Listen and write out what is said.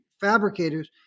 fabricators